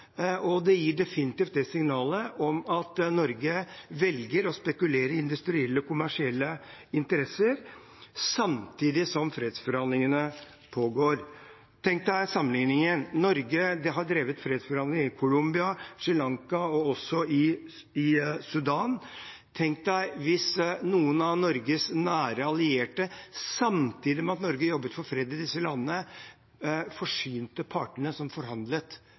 og det gir definitivt det signalet at Norge velger å spekulere i industrielle og kommersielle interesser samtidig som fredsforhandlingene pågår. Man kan tenke seg sammenligningen: Norge har drevet fredsforhandlinger i Colombia, i Sri Lanka og også i Sudan. Hvis noen av Norges nære allierte samtidig med at Norge jobbet for fred i disse landene, forsynte partene som forhandlet,